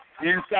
Inside